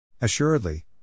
Assuredly